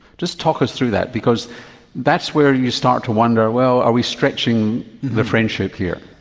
just talk us through that, because that's where you start to wonder, well, are we stretching the friendship here.